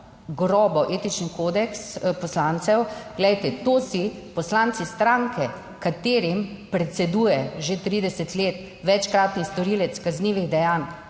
kršijo etični kodeks poslancev. To si poslanci stranke, katerim predseduje že 30 let večkratni storilec kaznivih dejanj,